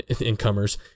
incomers